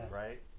right